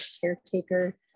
caretaker